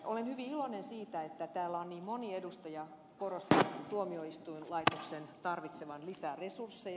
olen hyvin iloinen siitä että täällä on niin moni edustaja korostanut tuomioistuinlaitoksen tarvitsevan lisää resursseja